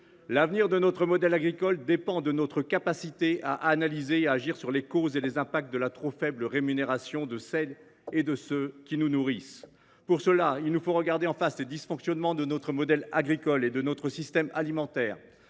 L’avenir de notre modèle agricole dépend de notre capacité à analyser et à agir sur les causes et les impacts de la trop faible rémunération de celles et de ceux qui nous nourrissent. Pour cela, il nous faut regarder en face les dysfonctionnements de notre modèle agricole et de notre système alimentaire,